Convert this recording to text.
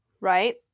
Right